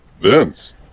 Vince